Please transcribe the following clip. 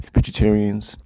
Vegetarians